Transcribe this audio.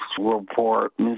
report